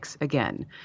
again